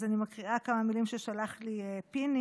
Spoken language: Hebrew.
אז אני מקריאה כמה מילים ששלח לי פיני: